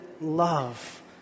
love